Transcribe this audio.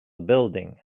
building